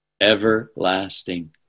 everlasting